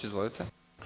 Izvolite.